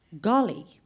golly